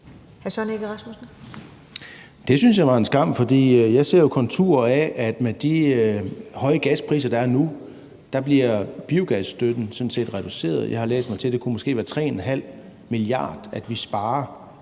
Det synes jeg var en skam, for jeg ser jo konturer af, at med de høje gaspriser, der er nu, bliver biogasstøtten sådan set reduceret. Jeg har læst mig til, at det måske kunne være 3,5 mia. kr., vi sparer